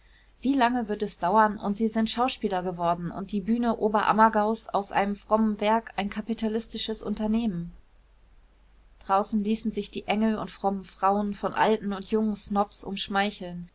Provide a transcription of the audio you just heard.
wie lange wird es dauern und sie sind schauspieler geworden und die bühne oberammergaus aus einem frommen werk ein kapitalistisches unternehmen draußen ließen sich die engel und frommen frauen von alten und jungen snobs umschmeicheln